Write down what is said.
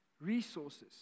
resources